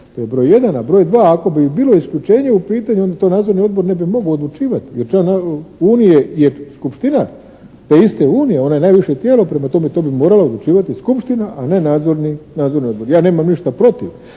to je broj jedan. A broj dva, ako bi i bilo isključenje u pitanju onda to nadzorni odbor ne bi mogao odlučivati jer član unije je skupština te iste unije, ona je najviše tijelo. Prema tome, to bi morala odlučivati skupština a ne nadzorni odbor. Ja nemam ništa protiv